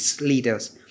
leaders